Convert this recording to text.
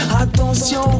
attention